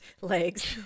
legs